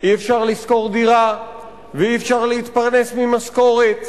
אי-אפשר לשכור דירה ואי-אפשר להתפרנס ממשכורת,